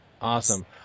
Awesome